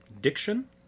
diction